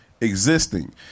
existing